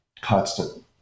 constant